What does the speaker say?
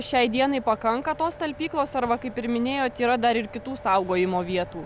šiai dienai pakanka tos talpyklos ar va kaip ir minėjot yra dar ir kitų saugojimo vietų